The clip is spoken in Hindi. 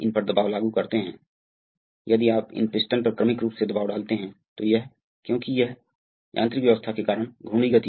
तो अब क्या होता है कि शुरू में सिलेंडर H का विस्तार सही है